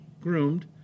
groomed